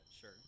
Sure